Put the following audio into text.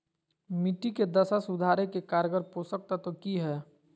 मिट्टी के दशा सुधारे के कारगर पोषक तत्व की है?